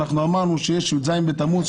אמרנו שיש את י"ז בתמוז,